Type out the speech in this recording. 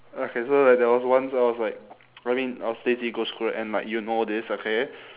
okay so like there was once I was like I mean I was lazy to go school right and like you know this okay